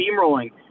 steamrolling